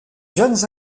jeunes